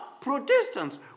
Protestants